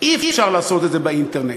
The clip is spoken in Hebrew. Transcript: אי-אפשר לעשות את זה באינטרנט.